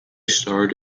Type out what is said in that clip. starred